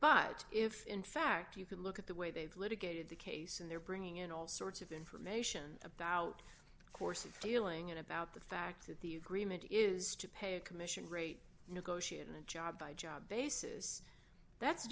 but if in fact you can look at the way they've litigated the case and they're bringing in all sorts of information about the course of feeling about the fact that the agreement is to pay a commission rate negotiate in a job by job basis that's